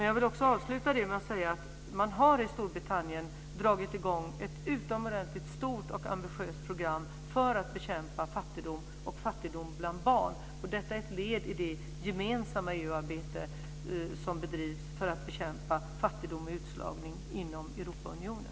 Jag vill också avsluta med att säga att man i Storbritannien har dragit i gång ett utomordentligt stort och ambitiöst program för att bekämpa fattigdom, bl.a. fattigdom bland barn. Detta är ett led i det gemensamma EU-arbete som bedrivs för att bekämpa fattigdom och utslagning inom Europaunionen.